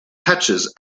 patches